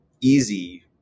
easy